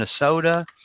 Minnesota